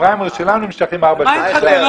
הפריימריס שלנו נמשכים ארבע שנים.